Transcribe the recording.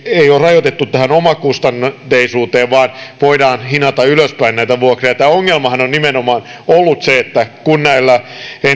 ei ole rajoitettu tähän omakustanteisuuteen vaan voidaan hinata ylöspäin näitä vuokria tämä ongelmahan on nimenomaan ollut se että kun